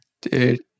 dude